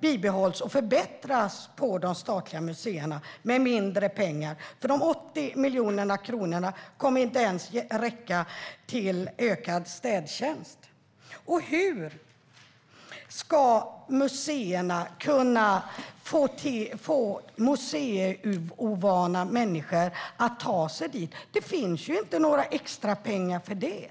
bibehålls och förbättras på de statliga museerna med mindre pengar? De 80 miljoner kronorna kommer inte ens att räcka till ökad städtjänst. Hur ska museerna få museiovana människor att ta sig dit? Det finns inte några extrapengar för sådant.